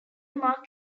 mark